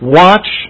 watch